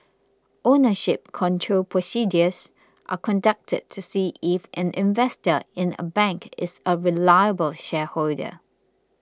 ownership control procedures are conducted to see if an investor in a bank is a reliable shareholder